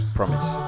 promise